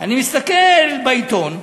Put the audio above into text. אני מסתכל בעיתון,